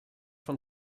von